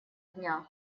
дня